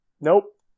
Nope